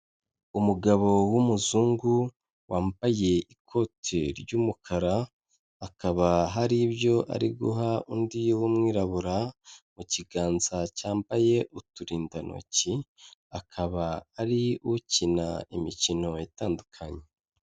Umugabo w'umuzungu, wambaye ikoti ry'umukara, akaba hari ibyo ari guha undi w'umwirabura mu kiganza cyambaye uturindantoki, akaba ari ukina imikino itandukanye.